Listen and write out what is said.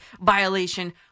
violation